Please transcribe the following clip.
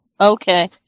okay